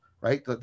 right